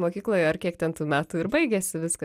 mokykloje ar kiek ten tų metų ir baigėsi viskas